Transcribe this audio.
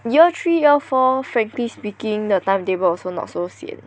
year three year four frankly speaking the timetable also not so sian